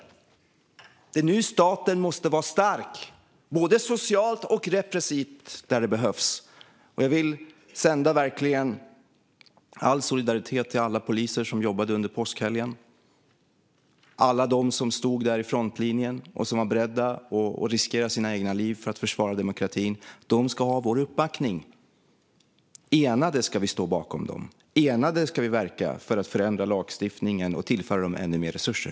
Det är nu staten måste vara stark, både socialt och repressivt där det behövs. Jag vill verkligen sända all solidaritet till de poliser som jobbade under påskhelgen - alla de som stod där i frontlinjen och var beredda att riskera sina egna liv för att försvara demokratin. De ska ha vår uppbackning. Enade ska vi stå bakom dem, och enade ska vi verka för att förändra lagstiftningen och tillföra dem ännu mer resurser.